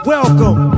Welcome